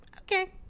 okay